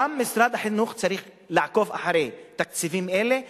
משרד החינוך צריך לעקוב אחרי תקציבים אלה שם,